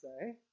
say